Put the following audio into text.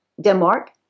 Denmark